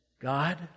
God